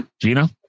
Gina